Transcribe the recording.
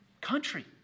country